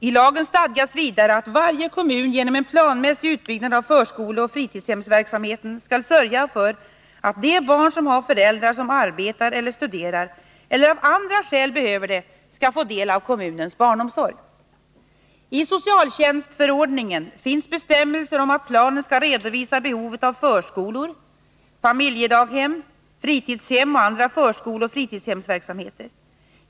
I lagen stadgas vidare att varje kommun genom en planmässig utbyggnad av förskoleoch fritidshemsverksamheten skall sörja för att de barn som har föräldrar som arbetar eller studerar eller av andra skäl behöver det skall få del av kommunens barnomsorg. I socialtjänstförordningen finns bestämmelser om att planen skall redovisa behovet av förskolor, familjedaghem, fritidshem och andra förskoleoch fritidshemsverksamheter.